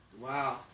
Wow